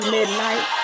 Midnight